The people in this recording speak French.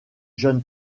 jeune